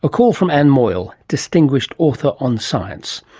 ah call from ann moyal, distinguished author on science.